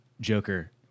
Joker